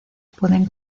pueden